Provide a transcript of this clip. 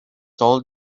told